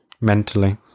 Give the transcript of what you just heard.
mentally